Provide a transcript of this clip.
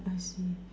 I see